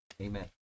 Amen